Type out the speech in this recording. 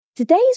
Today's